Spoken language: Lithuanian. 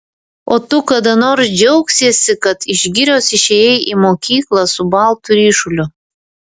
o tu kada nors džiaugsiesi kad iš girios išėjai į mokyklą su baltu ryšuliu